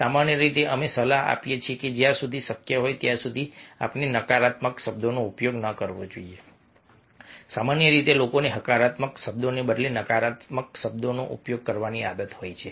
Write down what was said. સામાન્ય રીતે અમે સલાહ આપીએ છીએ કે જ્યાં સુધી શક્ય હોય ત્યાં સુધી આપણે નકારાત્મક શબ્દોનો ઉપયોગ ન કરવો જોઈએ સામાન્ય રીતે લોકોને હકારાત્મક શબ્દોને બદલે નકારાત્મક શબ્દોનો ઉપયોગ કરવાની આદત હોય છે